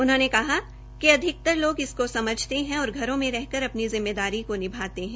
उन्होंने कहा कि अधिकतर लोग इसको समझते हैं और घरों में रहकर अपनी जिम्मेदारी को निभाते हैं